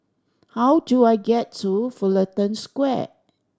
how do I get to Fullerton Square